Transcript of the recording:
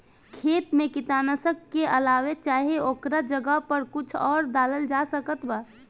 खेत मे कीटनाशक के अलावे चाहे ओकरा जगह पर कुछ आउर डालल जा सकत बा?